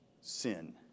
sin